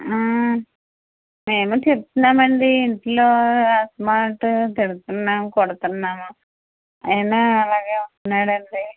మేము చెప్తున్నాము అండి ఇంట్లో అస్తమానం తిడుతున్నాము కొడుతన్నాము అయినా అలాగే ఉంటున్నాడు అండి